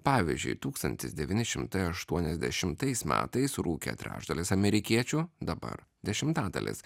pavyzdžiui tūkstantis devyni šimtai aštuoniasdešimtais metais rūkė trečdalis amerikiečių dabar dešimtadalis